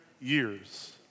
years